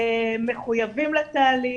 מחויבים לתהליך.